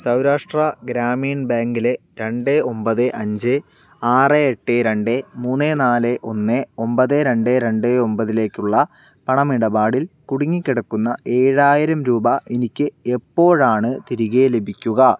സൗരാഷ്ട്ര ഗ്രാമീൺ ബാങ്കിലെ രണ്ട് ഒൻപത് അഞ്ച് ആറ് എട്ട് രണ്ട് മൂന്ന് നാല് ഒന്ന് ഒൻപത് രണ്ട് രണ്ട് ഒൻപതിലേക്കുള്ള പണമിടപാടിൽ കുടുങ്ങി കിടക്കുന്ന ഏഴായിരം രൂപ എനിക്ക് എപ്പോഴാണ് തിരികെ ലഭിക്കുക